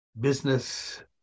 business